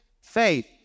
faith